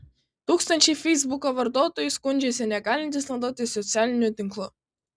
tūkstančiai feisbuko vartotojų skundžiasi negalintys naudotis socialiniu tinklu